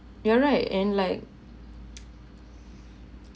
you are right and like